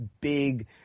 big